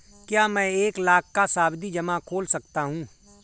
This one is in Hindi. क्या मैं एक लाख का सावधि जमा खोल सकता हूँ?